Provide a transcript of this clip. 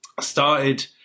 started